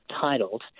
titled